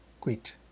quit